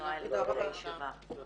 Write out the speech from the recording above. הישיבה ננעלה בשעה 14:07.